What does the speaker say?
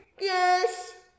Yes